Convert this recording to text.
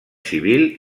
civil